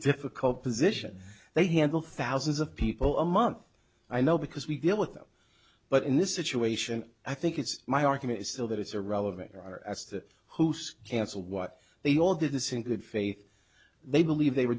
difficult position they handle thousands of people a month i know because we deal with them but in this situation i think it's my argument is still that it's irrelevant or as to who's cancelled what they all did this in good faith they believe they were